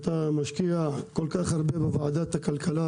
אתה משקיע כל כך הרבה בוועדת הכלכלה